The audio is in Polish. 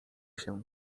się